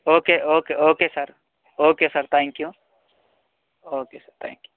okay okay okay sir okay sir thank you okay sir thank you